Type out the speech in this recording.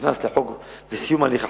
שהוכנס לחוק בסיום הליכי החקיקה,